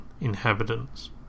inhabitants